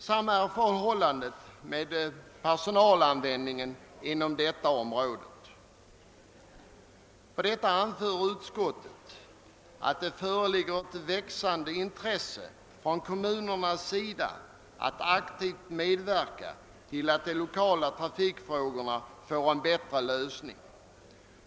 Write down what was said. Samma är förhållandet med personalanvändningen inom dessa områden. Med anledning av detta anför utskottet att det föreligger ett växande intresse från kommunernas sida att aktivt medverka till att de lokala trafikfrågorna får en bättre lösning.